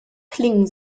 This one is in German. klingen